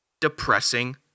Depressing